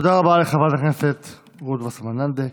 תודה לחברת הכנסת רות וסרמן לנדה.